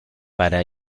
para